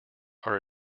are